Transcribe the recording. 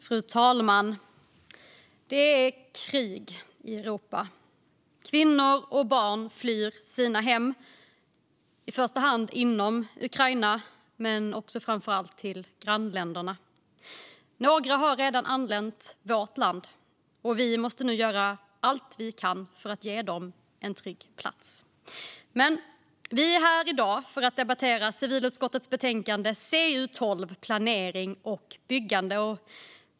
Fru talman! Det är krig i Europa. Kvinnor och barn flyr sina hem i första hand inom Ukraina men också till framför allt grannländerna. Några har redan anlänt till vårt land, och vi måste nu göra allt vi kan för att ge dem en trygg plats att vara på. Men vi är här i dag för att debattera civilutskottets betänkande CU12 P lanering och byggande .